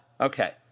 Okay